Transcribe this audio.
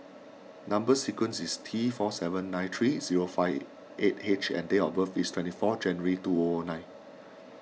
Number Sequence is T four seven nine three zero five eight H and date of birth is twenty four January two O O nine